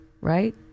right